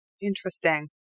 Interesting